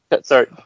Sorry